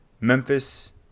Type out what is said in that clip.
Memphis –